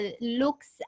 looks